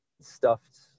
stuffed